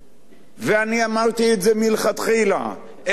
ואני אמרתי את זה מלכתחילה, איך שהתכנסנו